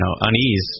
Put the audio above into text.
unease